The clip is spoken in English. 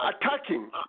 attacking